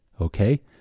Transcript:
Okay